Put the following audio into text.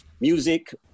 music